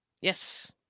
Yes